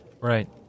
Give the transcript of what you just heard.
Right